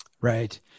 Right